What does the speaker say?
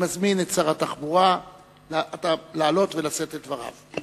אני מזמין את שר התחבורה לעלות ולשאת את דבריו.